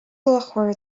luachmhar